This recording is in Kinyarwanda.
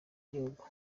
ry’igihugu